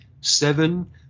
Seven